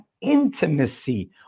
Intimacy